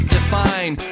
define